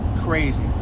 crazy